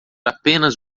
apenas